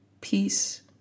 Peace